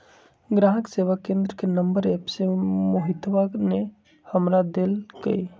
ग्राहक सेवा केंद्र के नंबर एप्प से मोहितवा ने हमरा देल कई